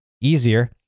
easier